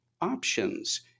options